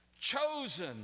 chosen